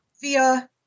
via